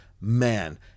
man